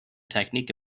technique